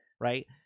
right